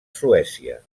suècia